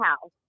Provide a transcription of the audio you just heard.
house